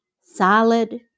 Solid